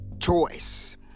choice